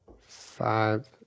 five